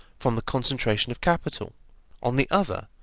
from the concentration of capital on the other,